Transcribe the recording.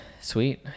Sweet